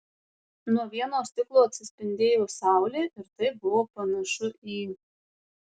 nuo vieno stiklo atsispindėjo saulė ir tai buvo panašu į